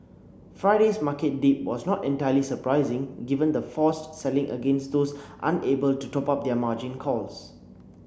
Friday's market dip was not entirely surprising given the forced selling against those unable to top up their margin calls